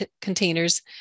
containers